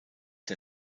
der